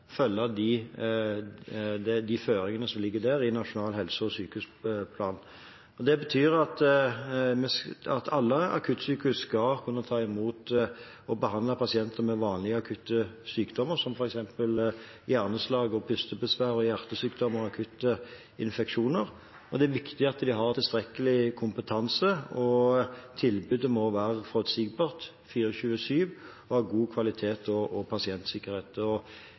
de føringene som ligger i Nasjonal helse- og sykehusplan. Det betyr at alle akuttsykehus skal kunne ta imot og behandle pasienter med vanlige, akutte sykdommer, som f.eks. hjerneslag, pustebesvær, hjertesykdommer og akutte infeksjoner. Det er viktig at de har tilstrekkelig kompetanse, og tilbudet må være forutsigbart, 24/7, og av god kvalitet, og det må være god pasientsikkerhet.